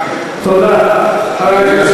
תודה רבה.